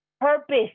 purpose